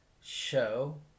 show